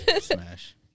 smash